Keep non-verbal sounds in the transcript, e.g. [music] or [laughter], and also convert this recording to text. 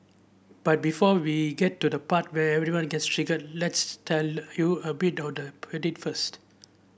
but before we get to the part where everyone gets triggered let's tell you a bit order [unintelligible] first